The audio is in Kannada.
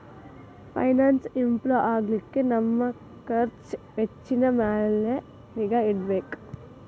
ಫೈನಾನ್ಸ್ ಇಂಪ್ರೂ ಆಗ್ಲಿಕ್ಕೆ ನಮ್ ಖರ್ಛ್ ವೆಚ್ಚಿನ್ ಮ್ಯಾಲೆ ನಿಗಾ ಇಡ್ಬೆಕ್